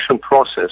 process